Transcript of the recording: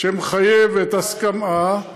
שמחייבת הסכמה,